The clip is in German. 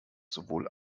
sowohl